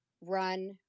run